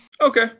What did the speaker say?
Okay